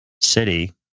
city